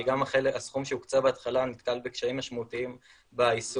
כי גם הסכום שהוקצה בהתחלה נתקל בקשיים משמעותיים ביישום.